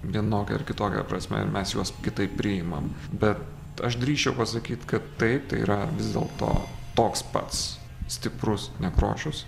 vienokia ar kitokia prasme ir mes juos kitaip priimam bet aš drįsčiau pasakyt kad taip tai yra vis dėlto toks pats stiprus nekrošius